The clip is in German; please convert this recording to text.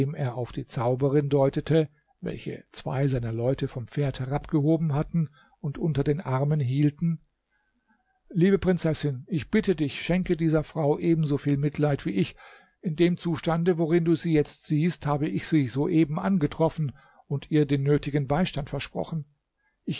er auf die zauberin deutete welche zwei seiner leute vom pferd herabgehoben hatten und unter den armen hielten liebe prinzessin ich bitte dich schenke dieser frau ebenso viel mitleid wie ich in dem zustande worin du sie jetzt siehst habe ich sie soeben angetroffen und ihr den nötigen beistand versprochen